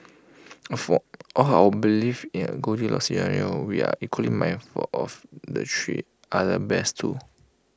for all our belief in A goldilocks scenario we are equally mindful of the three bears too